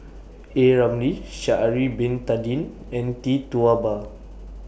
A Ramli Sha'Ari Bin Tadin and Tee Tua Ba